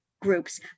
groups